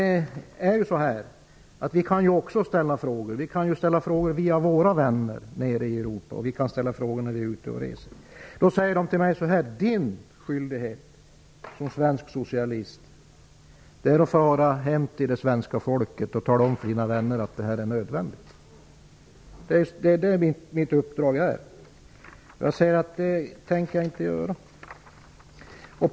Vi kan också ställa frågor via våra vänner nere i Europa och när vi är ute och reser. Då säger man till mig: Din skyldighet som svensk socialist är att fara hem och tala om för det svenska folket att det är nödvändigt. Det är mitt uppdrag. Jag säger att jag inte tänker göra det.